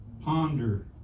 ponder